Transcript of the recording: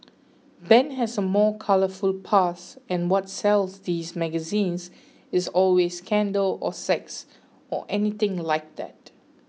Ben has a more colourful past and what sells these magazines is always scandal or sex or anything like that